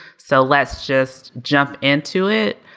so let's just jump into it.